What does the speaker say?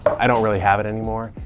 i don't really have it anymore.